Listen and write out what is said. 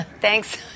thanks